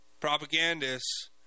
propagandists